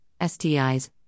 STIs